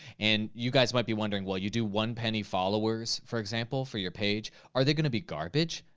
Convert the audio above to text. and you guys might be wondering, well you do one-penny followers, for example, for your page. are they gonna be garbage?